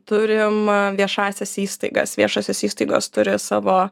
turim viešąsias įstaigas viešosios įstaigos turi savo